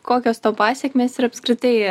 kokios to pasekmės ir apskritai